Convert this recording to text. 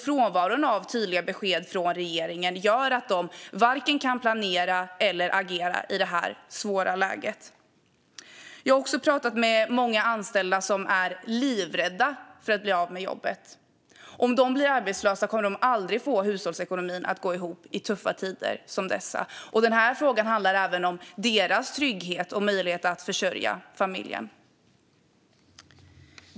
Frånvaron av tydliga besked från regeringen gör att de varken kan planera eller kan agera i detta svåra läge. Jag har också pratat med många anställda som är livrädda för att bli av med jobbet. Om de blir arbetslösa kommer de aldrig att få hushållsekonomin att gå ihop i tuffa tider som dessa. Denna fråga handlar även om deras trygghet och möjlighet att försörja familjen.